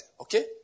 okay